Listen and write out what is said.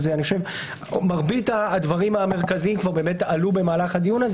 מרבית הדברים המרכזיים עלו במהלך הדיון.